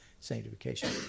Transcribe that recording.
sanctification